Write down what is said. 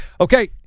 Okay